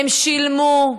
הם שילמו,